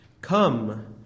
Come